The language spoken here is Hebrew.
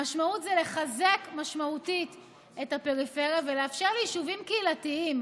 המשמעות היא לחזק משמעותית את הפריפריה ולאפשר ליישובים קהילתיים,